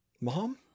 Mom